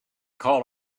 call